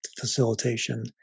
facilitation